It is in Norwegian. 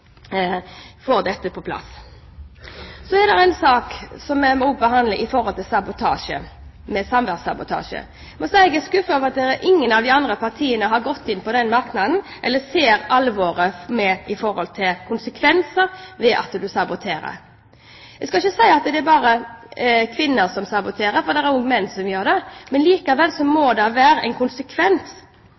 dette på plass. Så er det en sak vi også må behandle, og det gjelder samværssabotasje. Jeg må si jeg er skuffet over at ingen av de andre partiene har gått inn på den merknaden eller ser alvoret i dette, slik at det får konsekvenser at man saboterer. Jeg skal ikke si at det bare er kvinner som saboterer, for det er også menn som gjør det. Men likevel må det være en konsekvens.